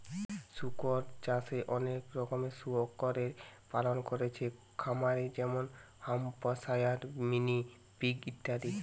শুকর চাষে অনেক রকমের শুকরের পালন কোরছে খামারে যেমন হ্যাম্পশায়ার, মিনি পিগ ইত্যাদি